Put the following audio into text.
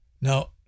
Now